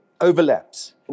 overlaps